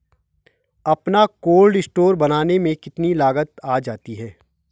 अपना cold store बनाने में कितनी लागत आ जाती है?